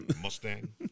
Mustang